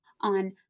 on